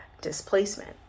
displacement